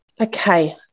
okay